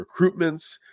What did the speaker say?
recruitments